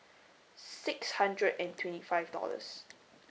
six hundred and twenty five dollars